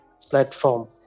platform